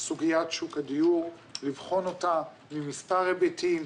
סוגיית שוק הדיור לבחון אותה ממספר היבטים.